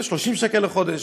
ב-30 שקל לחודש.